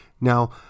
Now